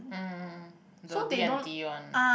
mm the D and T one